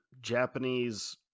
japanese